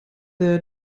der